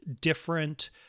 different